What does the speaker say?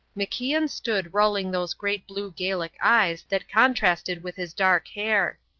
macian stood rolling those great blue gaelic eyes that contrasted with his dark hair.